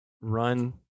run